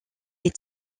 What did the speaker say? est